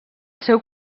seu